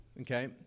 okay